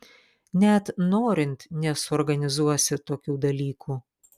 net norint nesuorganizuosi tokių dalykų